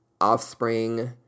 Offspring